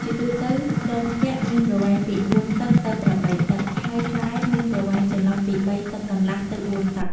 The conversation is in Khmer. ជាទូទៅ ដងផ្គាក់មានប្រវែងពី ៤ តឹកទៅ ៨ តឹក ហើយផ្លែមានប្រវែងចន្លោះពី ៣ តឹកកន្លះទៅ ៤ តឹក ។